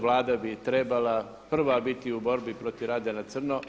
Vlada bi trebala prva biti u borbi protiv rada na crno.